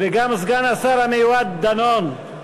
גם סגן השר המיועד, דנון,